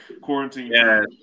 quarantine